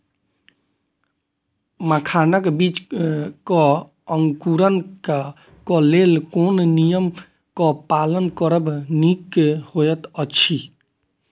मखानक बीज़ क अंकुरन क लेल कोन नियम क पालन करब निक होयत अछि?